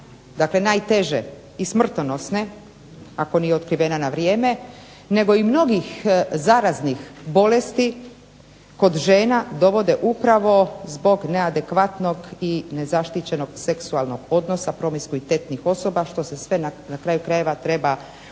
dakle najteže i smrtonosne ako nije otkrivena na vrijeme nego i mnogih zaraznih bolesti kod žena dovode upravo zbog neadekvatnog i nezaštićenog seksualnog odnosa promiskuitetnih osoba što se sve na kraju krajeva treba učiti